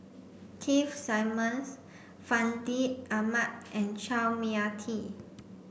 Keith Simmons Fandi Ahmad and Chua Mia Tee